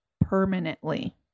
permanently